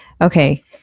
Okay